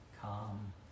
calm